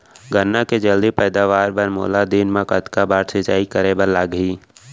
गन्ना के जलदी पैदावार बर, मोला दिन मा कतका बार सिंचाई करे बर लागही?